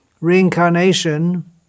reincarnation